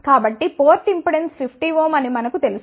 కాబట్టి port impedance 50 ohm అని మనకు తెలుసు